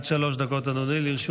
בבקשה, אדוני, עד שלוש דקות לרשותך.